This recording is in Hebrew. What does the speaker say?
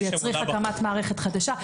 זה יצריך הקמת מערכת חדשה.